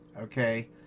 okay